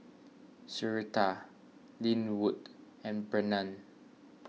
Syreeta Lynwood and Brennan